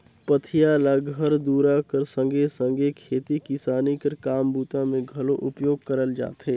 पथिया ल घर दूरा कर संघे सघे खेती किसानी कर काम बूता मे घलो उपयोग करल जाथे